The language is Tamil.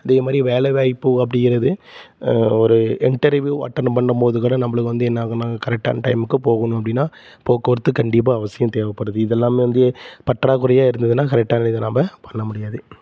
அதே மாதிரி வேலை வாய்ப்பு அப்படிங்கிறது ஒரு இன்டர்வியூ அட்டென்னு பண்ணும்போது கூட நம்மளுக்கு வந்து என்ன ஆகுன்னால் அங்கே கரெக்டான டைமுக்கு போகணும் அப்படின்னா போக்குவரத்து கண்டிப்பாக அவசியம் தேவைப்படுது இதெல்லாமே வந்து பற்றாக்குறையே இருந்ததுன்னால் கரெக்டாகவே இது நம்ம பண்ண முடியாது